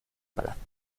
palacio